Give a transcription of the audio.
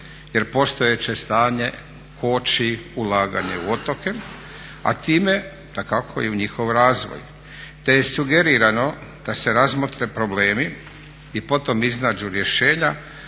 jer postojeće stanje koči ulaganje u otoke, a time dakako i u njihov razvoj, te je sugerirano da se razmotre problemi i potom iznađu rješenja